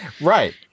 Right